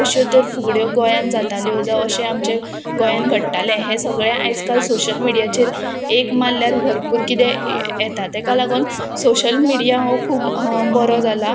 अश्यो तर फुगड्यो गोंयान जाताल्यो जावं अशें आमचें गोंयान घडटालें हें सगळें आयज काल सोशल मिडियाचेर एक मारल्यार भरपूर किदें येता तेका लागोन सोशल मिडिया हो खूब बरो जाला